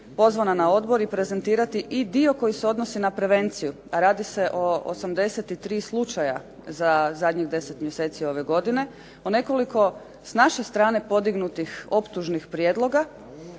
pozvana na Odbor i prezentirati dio koji se odnosi na prevenciju a radi se o 83 slučaja za zadnjih 10 mjeseci ove godine o nekoliko s naše strane podignutih optužnih prijedloga